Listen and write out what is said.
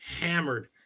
hammered